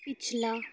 ਪਿਛਲਾ